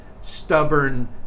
stubborn